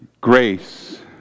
grace